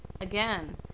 Again